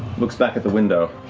looks back at the window,